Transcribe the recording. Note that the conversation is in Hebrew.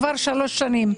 כבר שלוש שנים.